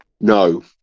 No